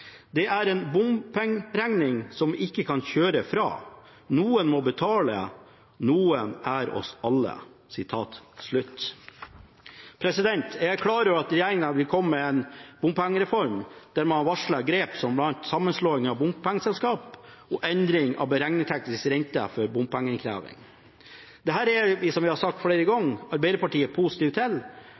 snakk om en bompengeregning som vi ikke kan kjøre fra. Noen må betale. Noen er oss alle.» Jeg er klar over at regjeringen vil komme med en bompengereform, der man har varslet grep som bl.a. sammenslåing av bompengeselskap og endringer av beregningsteknisk rente for bompengeinnkreving. Dette er – som vi har sagt flere ganger – Arbeiderpartiet positiv til.